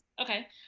okay